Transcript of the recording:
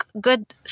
good